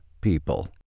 People